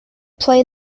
play